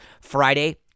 Friday